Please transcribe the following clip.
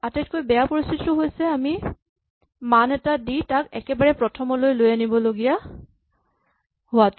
আটাইতকৈ বেয়া পৰিস্হিতিটো হৈছে আমি মান এটা দি তাক একেবাৰে প্ৰথমলৈ লৈ আনিব লগা হোৱাটো